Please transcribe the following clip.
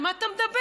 על מה אתה מדבר?